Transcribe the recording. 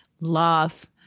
love